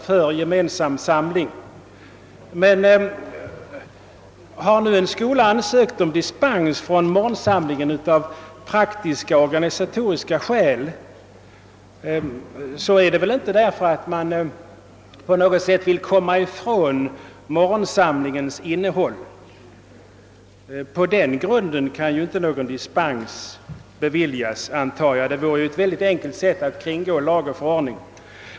Har emellertid en skola ansökt om dispens från morgonsamlingen av praktiska, organisatoriska skäl är det väl inte därför att man på något sätt vill komma. från morgonsamlingens innehåll. På den grunden kan inte någon dispens beviljas, antar jag; det vore i så fall ett mycket enkelt sätt att kringgå lag och förordning.